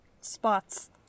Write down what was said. spots